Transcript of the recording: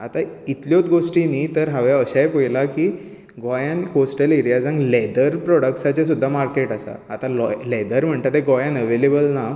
आता इतल्योच गोश्टी न्ही तर हांवें अशेंय पळयलां की गोंयांत कोस्टल एरियाजान लॅदर प्रॉडक्टसाचें सुद्दां मार्केट आसा आता लॉय लॅदर म्हणटा ते गोंयांत अवेलेबल ना